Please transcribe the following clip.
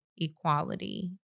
equality